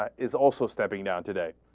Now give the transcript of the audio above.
ah is also stepping out today